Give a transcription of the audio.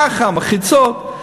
ככה, ככה, מחיצות.